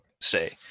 say